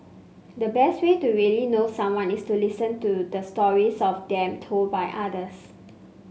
the best way to really know someone is to listen to the stories of them told by others